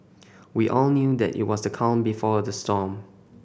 we all knew that it was the calm before the storm